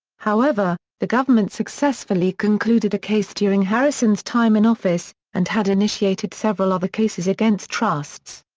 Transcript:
however, the government successfully concluded a case during harrison's time in office, and had initiated several other cases against trusts.